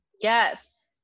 Yes